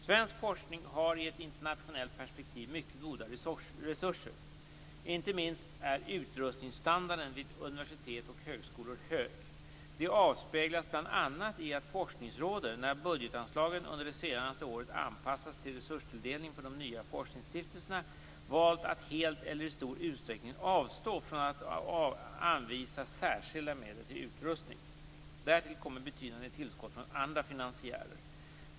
Svensk forskning har i ett internationellt perspektiv mycket goda resurser. Inte minst är utrustningsstandarden vid universitet och högskolor hög. Detta avspeglas bl.a. i att forskningsråden, när budgetanslagen under det senaste året anpassats till resurstilldelningen från de nya forskningsstiftelserna, valt att helt eller i stor utsträckning avstå från att anvisa särskilda medel till utrustning. Därtill kommer betydande tillskott från andra finansiärer.